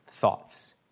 thoughts